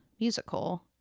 musical